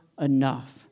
enough